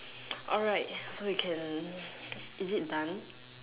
alright so we can is it done